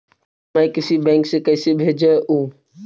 मैं किसी बैंक से कैसे भेजेऊ